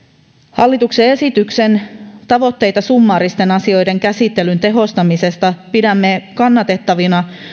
hallituksen esityksen tavoitteita summaaristen asioiden käsittelyn tehostamisesta pidämme kannatettavina